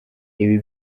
ibi